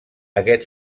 aquest